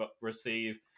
receive